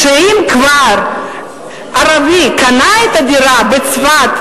זה שאם כבר ערבי קנה את הדירה בצפת,